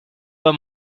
pas